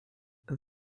and